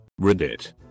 Reddit